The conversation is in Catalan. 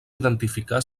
identificar